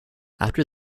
after